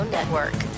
Network